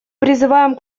призываем